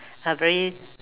a very